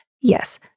yes